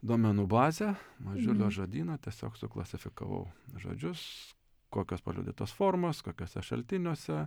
duomenų bazę mažiulio žodyną tiesiog suklasifikavau žodžius kokios paliudytos formos kokiuose šaltiniuose